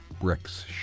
bricks